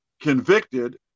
convicted